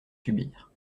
subir